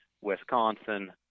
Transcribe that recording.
Wisconsin